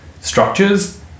Structures